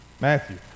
Matthew